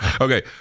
Okay